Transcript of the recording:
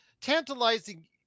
tantalizing